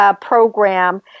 program